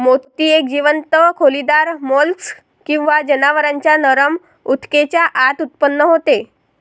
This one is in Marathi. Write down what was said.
मोती एक जीवंत खोलीदार मोल्स्क किंवा जनावरांच्या नरम ऊतकेच्या आत उत्पन्न होतो